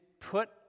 put